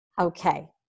Okay